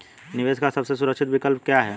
निवेश का सबसे सुरक्षित विकल्प क्या है?